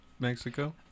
Mexico